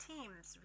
Teams